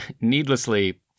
needlessly